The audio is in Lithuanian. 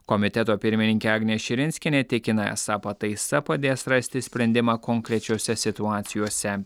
komiteto pirmininkė agnė širinskienė tikina esą pataisa padės rasti sprendimą konkrečiose situacijose